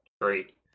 Great